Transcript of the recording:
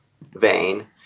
vein